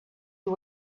you